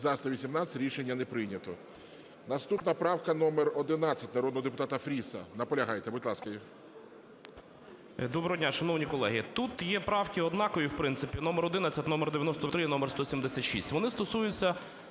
За-118 Рішення не прийнято. Наступна правка - номер 11, народного депутата Фріса. Наполягаєте? Будь ласка. 11:09:28 ФРІС І.П. Доброго дня, шановні колеги. Тут є правки однакові, в принципі, – номер 11, номер 93 і номер 176. Вони стосуються